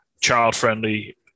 child-friendly